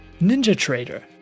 NinjaTrader